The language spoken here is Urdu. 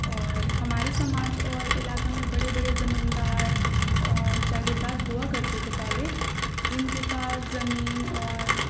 اور ہماری سماج اور علاقہ میں بڑے بڑے زمین دار اور جاگیر دار ہوا کرتے تھے پہلے جن کے پاس زمین اور